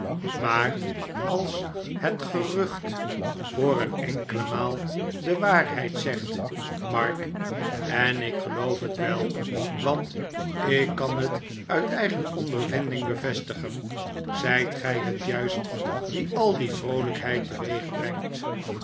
maar als het gerucht voor een enkele maal de waarheid zegt mark en ik geloof het wel want ik kan het uit eigen ondervinding bevestigen zijt gij het juist die al die vroolijkheid teweegbrengt